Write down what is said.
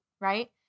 Right